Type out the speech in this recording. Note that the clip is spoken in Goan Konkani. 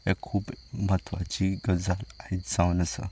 एक खूब म्हत्वाची गजाल आयज जावन आसा